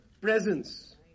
presence